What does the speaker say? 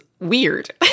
weird